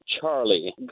Charlie